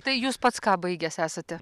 tai jūs pats ką baigęs esate